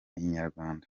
inyarwanda